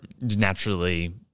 naturally